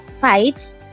fights